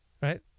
right